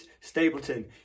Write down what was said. Stapleton